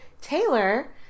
Taylor